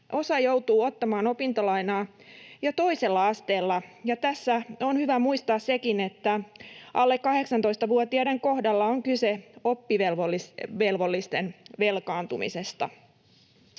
Osa joutuu ottamaan opintolainaa jo toisella asteella, ja tässä on hyvä muistaa sekin, että alle 18-vuotiaiden kohdalla on kyse oppivelvollisten velkaantumisesta.